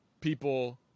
people